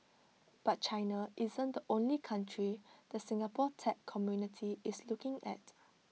but China isn't the only country the Singapore tech community is looking at